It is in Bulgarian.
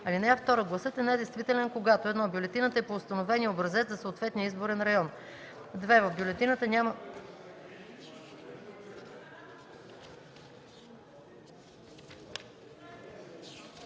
(2) Гласът е действителен, когато: 1. бюлетината е по установения образец за съответния изборен район; 2. в бюлетината няма